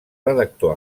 redactor